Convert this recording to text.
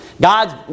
God's